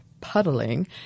puddling